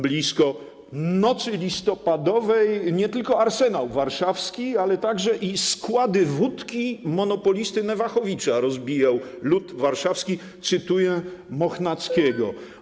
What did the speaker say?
Blisko nocy listopadowej nie tylko arsenał warszawski, ale i składy wódki monopolisty Newachowicza rozbijał lud warszawski - cytuję Mochnackiego.